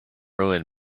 ruin